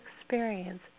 experience